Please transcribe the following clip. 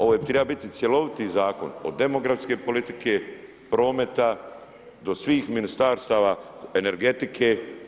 Ovo je trebao biti cjeloviti Zakon, od demografske politike, prometa, do svih ministarstava, energetike.